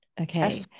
Okay